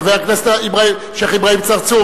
את חבר הכנסת השיח' אברהים צרצור.